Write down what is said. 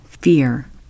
fear